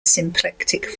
symplectic